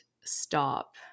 stop